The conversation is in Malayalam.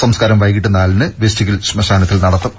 സംസ്കാരം വൈകിട്ട് നാലിന് വെസ്റ്റ്ഹിൽ ശ്മശാനത്തിൽ നടത്തും